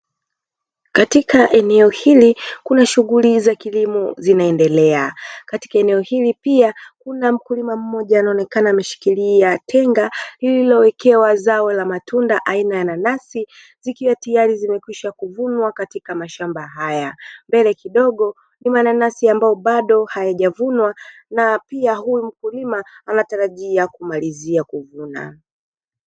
Katika eneo hili kuna shughuli za kilimo zinaendelea. Katika eneo hili pia kuna mkulima mmoja anaonekana ameshikilia tenga, lililowekewa zao la matunda aina ya nanasi, zikiwa tayari zimekwisha kuvunwa katika mashamba haya. Mbele kidogo ni mananasi ambayo bado hayajavunwa na pia huyu mkulima anatarajia kumalizia kuvuna.